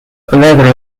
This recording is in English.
leathery